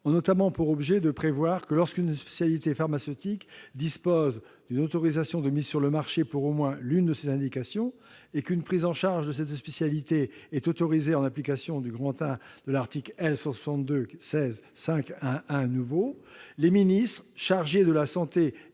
notamment pour objet de prévoir que lorsqu'une spécialité pharmaceutique dispose d'une autorisation de mise sur le marché pour au moins l'une de ses indications et qu'une prise en charge de cette spécialité est autorisée en application du I de l'article L. 162-16-5-1-1, les ministres chargés de la santé et de la sécurité